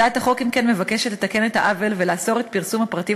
הצעת החוק מבקשת לתקן את העוול ולאסור את פרסום הפרטים